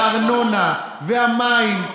והארנונה, והמים.